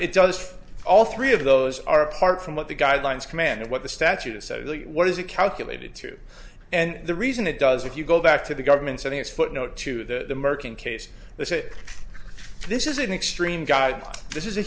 it does all three of those are apart from what the guidelines command or what the statute is so what is it calculated to and the reason it does if you go back to the government setting is footnote to the merkin case they say this is an extreme god this is a